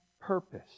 purpose